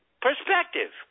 perspective